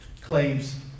claims